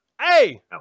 Hey